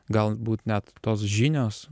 galbūt net tos žinios